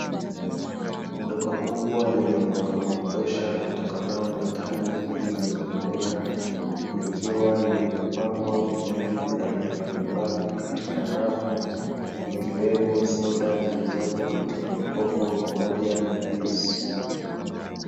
Duka kubwa lenye mwanga wa kutosha utokanao na taa nyingi zinazomulika, likiwa limepangwa vinywaji vya aina mbalimbali katika rafu ikiwemo soda zilizopo katika makopo pamoja na juisi.